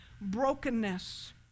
Brokenness